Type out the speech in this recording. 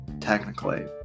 technically